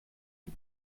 gib